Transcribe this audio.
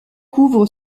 couvre